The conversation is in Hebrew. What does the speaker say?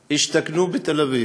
הם השתכנו בתל-אביב,